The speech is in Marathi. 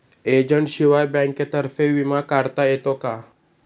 एजंटशिवाय बँकेतर्फे विमा काढता येतो का?